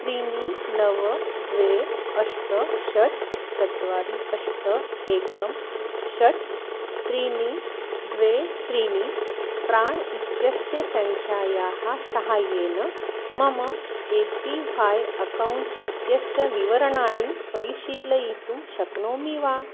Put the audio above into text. त्रीणि नव द्वे अष्ट षट् चत्वारि अष्ट एकं षट् त्रीणि द्वे त्रीणि प्राण् इत्यस्य सङ्ख्यायाः साहाय्येन मम ए पी ह्वाय् अकौण्ट् इत्यस्य विवरणानि परिशीलयितुं शक्नोमि वा